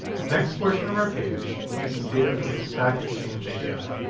next portion of our page uses data from the stack exchange api.